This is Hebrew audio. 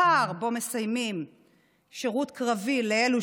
הפער שבין המסיימים שירות קרבי לאלו